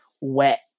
wet